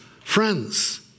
friends